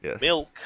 milk